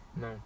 No